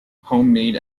homemade